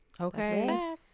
Okay